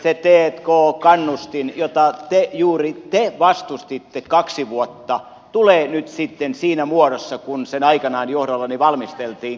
se t k kannustin jota juuri te vastustitte kaksi vuotta tulee nyt sitten voimaan siinä muodossa kuin se aikanaan johdollani valmisteltiin